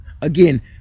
again